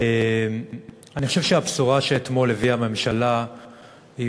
אני חושב שהבשורה שהביאה הממשלה אתמול